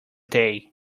day